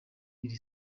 iri